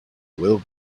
will